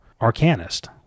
arcanist